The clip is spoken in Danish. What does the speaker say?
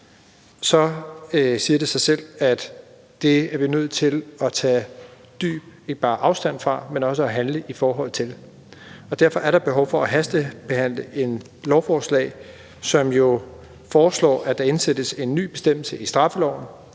siger det sig selv, at det er vi nødt til ikke bare at tage dyb afstand fra, men også at handle i forhold til. Derfor er der behov for at hastebehandle et lovforslag, som jo foreslår, at der indsættes en ny bestemmelse i straffeloven,